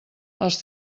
els